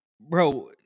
bro